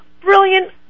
brilliant